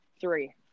three